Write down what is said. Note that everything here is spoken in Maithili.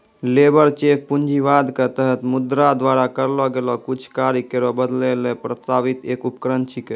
लेबर चेक पूंजीवाद क तहत मुद्रा द्वारा करलो गेलो कुछ कार्य केरो बदलै ल प्रस्तावित एक उपकरण छिकै